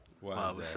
Wow